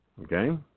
Okay